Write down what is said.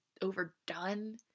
overdone